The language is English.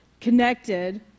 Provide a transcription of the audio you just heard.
connected